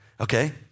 okay